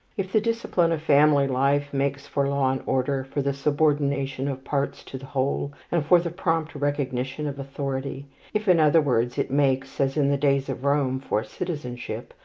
if the discipline of family life makes for law and order, for the subordination of parts to the whole, and for the prompt recognition of authority if, in other words, it makes, as in the days of rome, for citizenship,